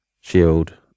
Shield